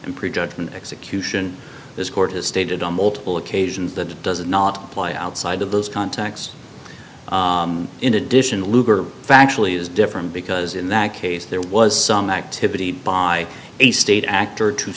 and prejudgment execution this court has stated on multiple occasions that does not apply outside of those contacts in addition luger factually is different because in that case there was some activity by a state actor to